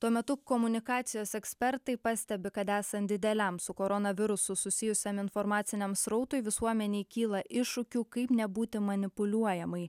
tuo metu komunikacijos ekspertai pastebi kad esant dideliam su koronavirusu susijusiam informaciniam srautui visuomenei kyla iššūkių kaip nebūti manipuliuojamai